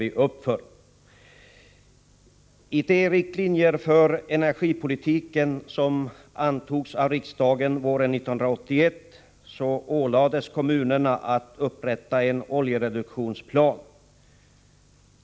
I de riktlinjer för energipolitiken som antogs av riksdagen våren 1981 ålades kommunerna att upprätta en oljereduktionsplan.